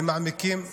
ומעמיקים,